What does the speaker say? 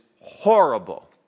horrible